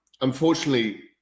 unfortunately